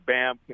Bam